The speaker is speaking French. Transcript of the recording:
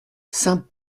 saint